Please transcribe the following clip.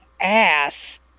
ass